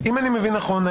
אם אני מבין נכון,